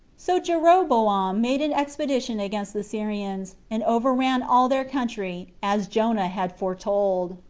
so jeroboam made an expedition against the syrians, and overran all their country, as jonah had foretold.